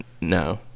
No